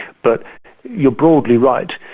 but you're broadly right,